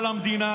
עלק, כל יום.